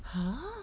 !huh!